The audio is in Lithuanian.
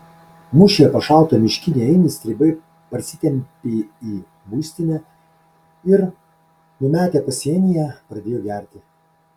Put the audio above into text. mūšyje pašautą miškinį ainį stribai parsitempė į būstinę ir numetę pasienyje pradėjo gerti